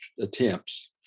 attempts